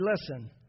listen